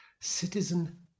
citizen